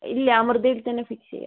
ഇല്ല അമൃതയിൽ തന്നെ ഫിക്സ് ചെയ്യാം